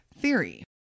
theory